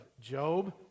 job